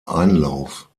einlauf